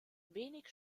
wenig